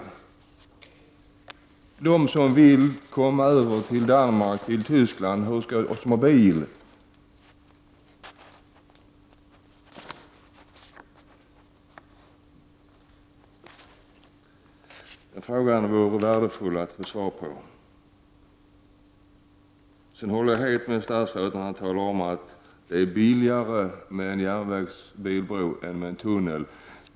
Hur skall de som har bil och vill komma över till Danmark och Tyskland bära sig åt? Den frågan vorde värdefull att få svar på. Jag håller helt med statsrådet när han talar om att det är billigare med en biloch järnvägsbro än med en tunnel.